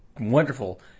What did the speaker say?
wonderful